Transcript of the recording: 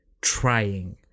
trying